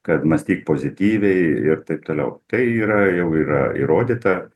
kad mąstyk pozityviai ir taip toliau tai yra jau yra įrodyta